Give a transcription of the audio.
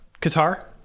Qatar